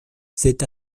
cet